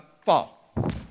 fall